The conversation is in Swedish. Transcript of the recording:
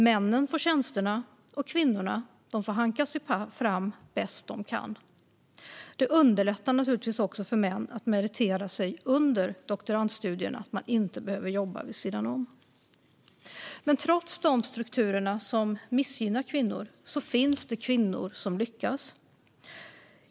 Männen får tjänsterna, och kvinnorna får hanka sig fram bäst de kan. Det underlättar naturligtvis också för män att meritera sig under doktorandstudierna att de inte behöver jobba vid sidan om. Trots de strukturer som missgynnar kvinnor finns det kvinnor som lyckas.